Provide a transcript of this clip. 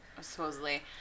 supposedly